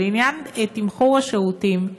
ולעניין תמחור השירותים,